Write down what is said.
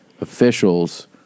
officials